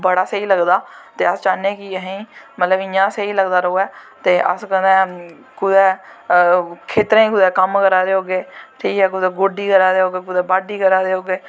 बड़ा स्हेई लगदा ते अस चाह्न्ने कि असें गी मतलव इयां गै स्हेई लगदा रवै ते अस कदैं कुदै खेत्तरैं च कुदै कम्म करा दे होग्गै ठीक ऐ कुदै गोड्डी करा दे होगै कुदै बाह्ड्डी करा दे होगे